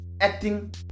acting